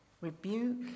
rebuke